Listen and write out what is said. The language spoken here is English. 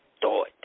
thought